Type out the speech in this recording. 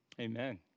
Amen